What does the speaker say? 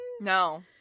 No